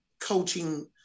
coaching